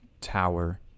tower